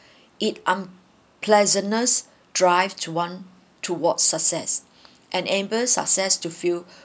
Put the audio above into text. it unpleasantness drive to one towards success and enable success to feel